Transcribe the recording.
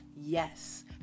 Yes